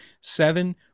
seven